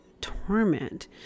torment